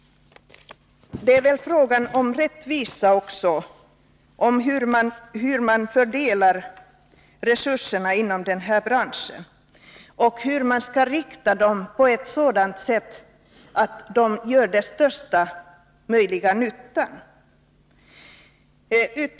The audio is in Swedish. Det är väl fråga om rättvisa också — om hur man skall fördela resurserna inom den här branschen och hur man skall rikta dem på ett sådant sätt att de gör största möjliga nytta.